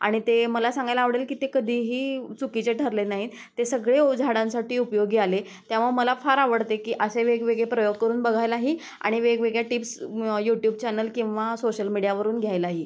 आणि ते मला सांगायला आवडेल की ते कधीही चुकीचे ठरले नाहीत ते सगळे ओ झाडांसाठी उपयोगी आले तेव्हा मला फार आवडते आहे की असे वेगवेगळे प्रयोग करून बघायलाही आणि वेगवेगळ्या टिप्स यूट्यूब चॅनल किंवा सोशल मिडियावरून घ्यायलाही